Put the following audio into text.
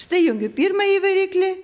štai jungiu pirmąjį variklį